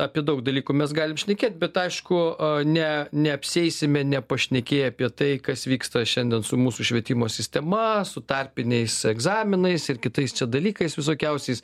apie daug dalykų mes galim šnekėt bet aišku ne neapsieisime nepašnekėję apie tai kas vyksta šiandien su mūsų švietimo sistema su tarpiniais egzaminais ir kitais dalykais visokiausiais